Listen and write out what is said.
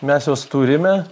mes juos turime